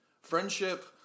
friendship